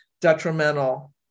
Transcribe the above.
detrimental